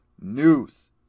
news